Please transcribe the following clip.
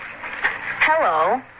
Hello